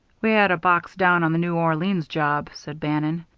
we had a box down on the new orleans job, said bannon,